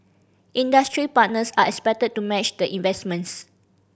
industry partners are expected to match the investments